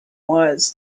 was